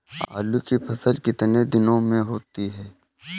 आलू की फसल कितने दिनों में होती है?